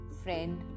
friend